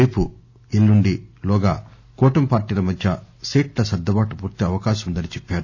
రేపు ఎల్లుండి లోగా కూటమి పార్టీల మధ్య సీట్ల సర్దుబాటు పూర్తయ్యే అవకాశం ఉందని చెప్పారు